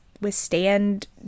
withstand